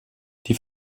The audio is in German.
die